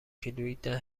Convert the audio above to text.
کیلوییده